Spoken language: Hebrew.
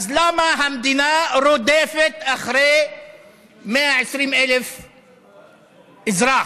אז למה המדינה רודפת אחרי 120,000 אזרחים?